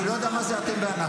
אני לא יודע מה זה אתם ואנחנו,